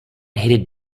hated